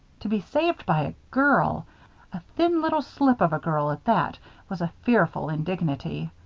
to be saved by a girl a thin little slip of a girl at that was a fearful indignity.